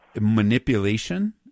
manipulation